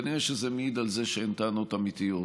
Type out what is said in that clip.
כנראה שזה מעיד על זה שאין טענות אמיתיות.